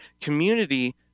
community